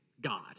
God